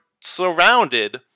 surrounded